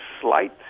slight